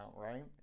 right